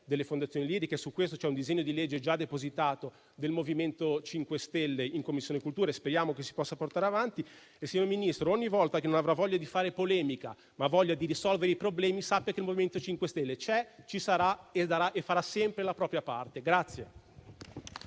delle fondazioni lirico-sinfoniche. Su questo c'è un disegno di legge già depositato del MoVimento 5 Stelle in Commissione cultura e speriamo di poterlo portare avanti. Signor Ministro, ogni volta che non avrà voglia di fare polemica, ma voglia di risolvere i problemi, sappia che il MoVimento 5 Stelle c'è, ci sarà e farà sempre la propria parte.